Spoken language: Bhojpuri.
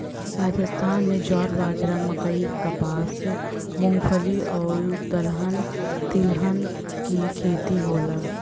राजस्थान में ज्वार, बाजरा, मकई, कपास, मूंगफली आउर दलहन तिलहन के खेती होला